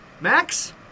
Max